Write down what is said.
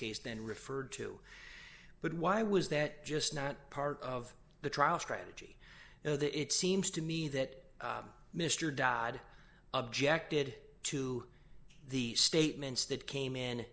case then referred to but why was that just not part of the trial strategy though that it seems to me that mr dodd objected to the statements that came in